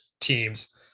teams